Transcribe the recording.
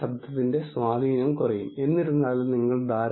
ഇത് മനസ്സിൽ സൂക്ഷിക്കേണ്ടത് പ്രധാനമാണ്